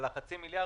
על חצי המיליארד,